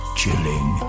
chilling